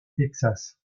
texas